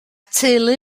teulu